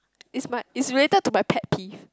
it's my it's related to my pet peeve